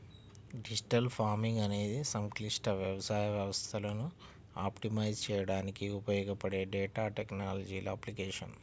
digital farming అనేది సంక్లిష్ట వ్యవసాయ వ్యవస్థలను ఆప్టిమైజ్ చేయడానికి ఉపయోగపడే డేటా టెక్నాలజీల అప్లికేషన్